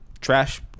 trash